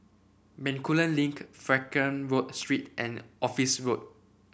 Bencoolen Link Frankel Road Street and Office Road